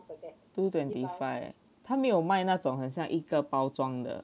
two twenty five 他没有卖那种好像一个包装的